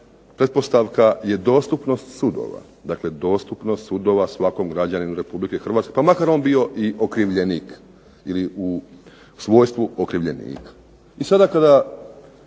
pretpostavka je dostupnost sudova, dakle dostupnost sudova svakom građaninu Republike Hrvatske pa makar on bio i okrivljenik ili u svojstvu okrivljenika. I sada kada